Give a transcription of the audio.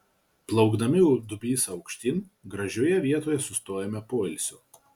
plaukdami dubysa aukštyn gražioje vietoje sustojome poilsio